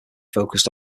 focused